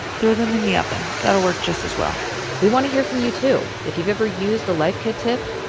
throw them in the oven. that'll work just as well we want to hear from you, too. if you've ever used a life kit tip,